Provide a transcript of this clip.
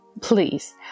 Please